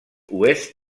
ouest